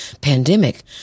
pandemic